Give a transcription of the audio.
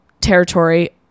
territory